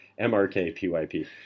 MRKPYP